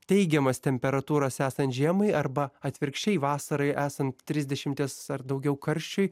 teigiamos temperatūros esant žiemai arba atvirkščiai vasarai esant trisdešimties ar daugiau karščiui